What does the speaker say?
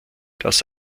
das